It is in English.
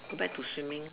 go back to swimming